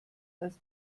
als